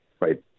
right